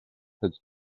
has